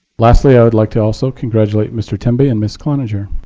lastly i would like to also congratulate mr. temby and ms. cloninger.